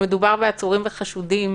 כשמדובר בעצורים וחשודים